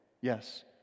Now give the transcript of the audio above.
Yes